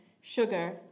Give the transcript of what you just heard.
sugar